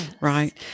Right